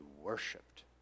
Worshipped